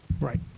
right